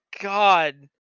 God